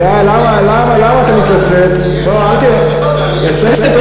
יש ממשלה בישראל.